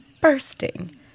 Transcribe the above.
bursting